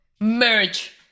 merge